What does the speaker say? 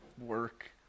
work